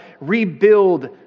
rebuild